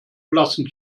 blassen